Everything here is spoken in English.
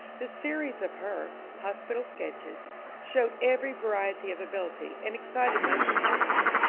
the series of her hospital sketches showed every variety of ability, and excited much attention.